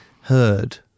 heard